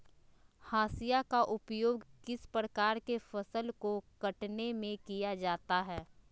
हाशिया का उपयोग किस प्रकार के फसल को कटने में किया जाता है?